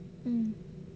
mm